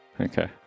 Okay